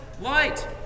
light